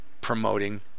promoting